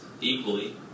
equally